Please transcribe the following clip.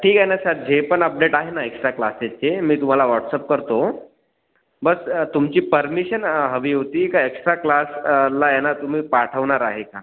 ठीक आहे नं सर जे पण अपडेट आहे नं एक्स्ट्रा क्लासेसचे मी तुम्हाला व्हॉटसअप करतो बत तुमची परमिशन हवी होती का एक्स्ट्रा क्लास ला आहे ना तुम्ही पाठवणार आहे का